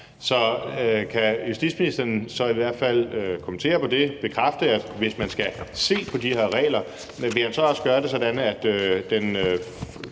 Så kan justitsministeren kommentere på det og bekræfte, at han, hvis man skal se på de her regler, så også vil gøre det, sådan at